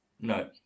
No